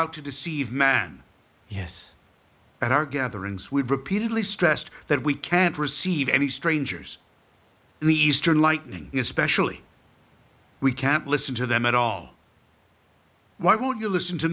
out to deceive man yes and our gatherings we've repeatedly stressed that we can't receive any strangers in the eastern lightning especially we can't listen to them at all why would you listen to